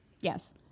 Yes